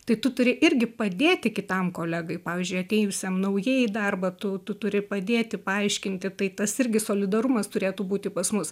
tai tu turi irgi padėti kitam kolegai pavyzdžiui atėjusiam naujai į darbą tu tu turi padėti paaiškinti tai tas irgi solidarumas turėtų būti pas mus